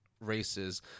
races